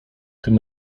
tym